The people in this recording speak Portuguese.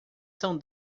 são